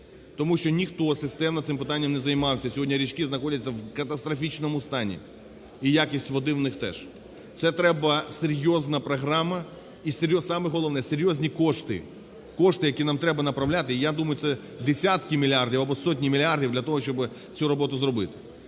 тому що ніхто системно цим питанням не займався. Сьогодні річки знаходяться в катастрофічному стані і якість води у них теж. Це треба серйозна програма, і саме головне – серйозні кошти, кошти, які нам треба направляти (і я думаю, це десятки мільярдів або сотні мільярдів) для того, щоби цю роботу зробити.